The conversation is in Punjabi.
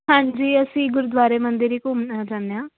ਹਾਂਜੀ ਅਸੀਂ ਗੁਰਦੁਆਰੇ ਮੰਦਰ ਹੀ ਘੁੰਮਣਾ ਚਾਹੁੰਦੇ ਹਾਂ